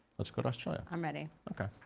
let's go to australia. i'm ready. okay.